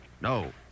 No